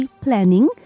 Planning